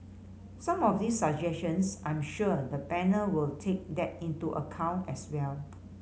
some of these suggestions I'm sure the panel will take that into account as well